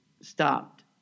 stopped